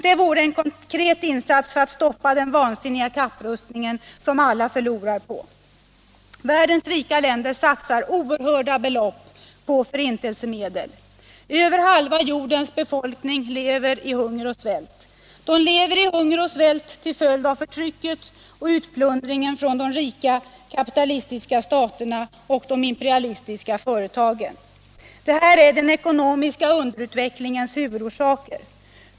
Det vore en konkret insats för att stoppa den vansinniga kapprustningen, som alla förlorar på. Världens rika länder satsar oerhörda belopp för förintelsemedel. Över halva jordens befolkning lever i hunger och svält. De lever i hunger och svält till följd av förtrycket och utplundringen från de rika kapitalistiska staterna och de imperialistiska företagen. Detta är den ekonomiska underutvecklingens huvudorsaker.